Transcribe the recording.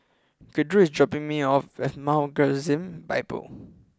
Gertrude is dropping me off at Mount Gerizim Bible